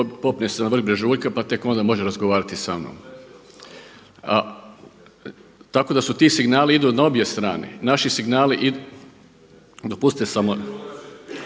popne se na vrh brežuljka pa tek onda može razgovarati smanom. Tako da su ti signali idu na obje strane, naši signali idu, dopustite samo